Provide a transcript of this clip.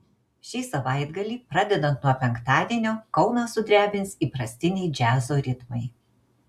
šį savaitgalį pradedant nuo penktadienio kauną sudrebins įprastiniai džiazo ritmai